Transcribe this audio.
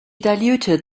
diluted